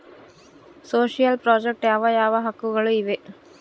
Social project ಯಾವ ಯಾವ ಹಕ್ಕುಗಳು ಇವೆ?